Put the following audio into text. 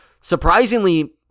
surprisingly